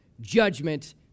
judgment